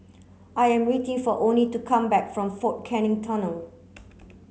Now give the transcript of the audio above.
I am waiting for Oney to come back from Fort Canning Tunnel